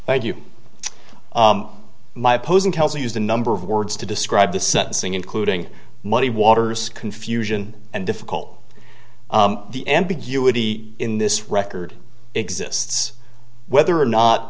you my opposing counsel used a number of words to describe the sentencing including money waters confusion and difficult the ambiguity in this record exists whether or not